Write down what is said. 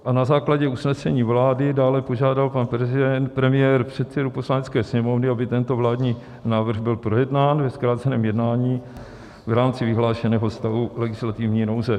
A na základě usnesení vlády dále požádal pan premiér předsedu Poslanecké sněmovny, aby tento vládní návrh byl projednán ve zkráceném jednání v rámci vyhlášeného stavu legislativní nouze.